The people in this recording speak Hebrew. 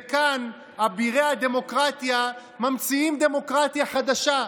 וכאן אבירי הדמוקרטיה ממציאים דמוקרטיה חדשה,